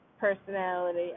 personality